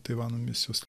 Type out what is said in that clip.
taivano misijos